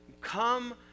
come